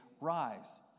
rise